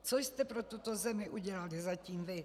Co jste pro tuto zemi udělali zatím vy?